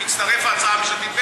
תצטרף ההצעה הממשלתית,